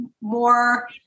more